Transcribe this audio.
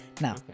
Now